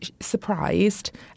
surprised